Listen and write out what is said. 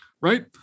Right